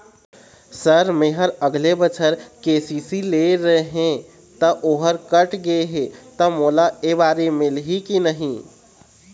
Sir मेहर अगले बछर के.सी.सी लेहे रहें ता ओहर कट गे हे ता मोला एबारी मिलही की नहीं?